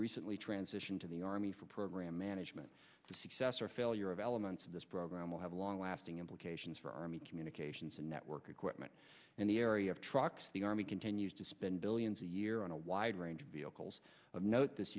recently transition to the army for program management the success or failure of elements of this program will have long lasting implications for army communications and network equipment in the area of trucks the army continues to spend billions a year on a wide range of vehicles of not